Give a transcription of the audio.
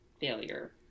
failure